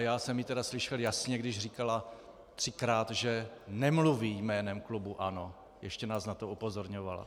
Já jsem ji tedy slyšel jasně, když říkala třikrát, že nemluví jménem klubu ANO, ještě nás na to upozorňovala.